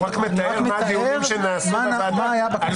הוא רק מתאר את הדיונים שנערכו בוועדה בכנסת הקודמת,